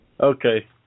Okay